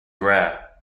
rare